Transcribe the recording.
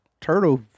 turtle